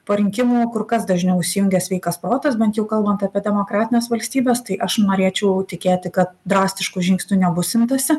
po rinkimų kur kas dažniau įsijungia sveikas protas bent jau kalbant apie demokratines valstybes tai aš norėčiau tikėti kad drastiškų žingsnių nebus imtasi